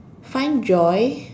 find joy